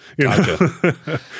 Gotcha